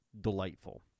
delightful